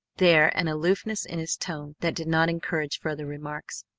there an aloofness in his tone that did not encourage further remarks,